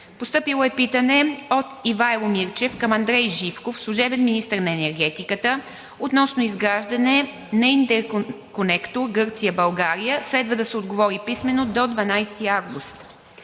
представител Ивайло Мирчев към Андрей Живков – служебен министър на енергетиката, относно изграждане на интерконектор Гърция – България. Следва да се отговори писмо до 12 август